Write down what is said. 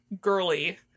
girly